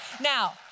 Now